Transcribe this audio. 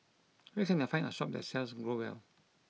where can I find a shop that sells Growell